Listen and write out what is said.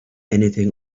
anything